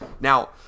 Now